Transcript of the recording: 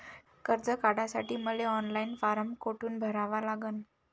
कर्ज काढासाठी मले ऑनलाईन फारम कोठून भरावा लागन?